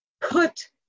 put